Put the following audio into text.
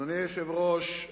אדוני היושב-ראש,